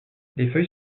feuilles